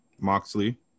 Moxley